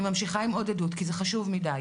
אני ממשיכה עם עוד עדות, כי זה חשוב מדי.